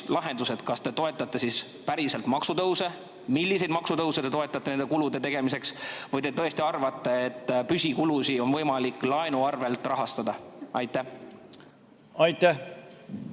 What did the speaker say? lahendused? Kas te toetate siis päriselt maksutõuse? Milliseid maksutõuse te toetate nende kulude tegemiseks? Või te tõesti arvate, et püsikulusid on võimalik laenu arvelt rahastada? Aitäh!